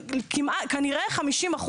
כנראה 50%,